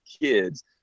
kids